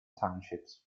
townships